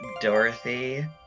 Dorothy